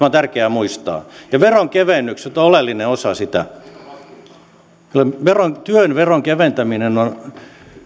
on tärkeää muistaa ja veronkevennykset ovat oleellinen osa sitä työn veron keventäminen on